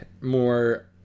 more